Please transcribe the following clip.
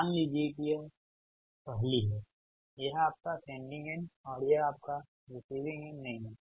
मान लीजिए कि यह पहली है यह आपका सेंडिंग एंड और यह आपका रिसीविंग एंड नही है